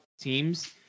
teams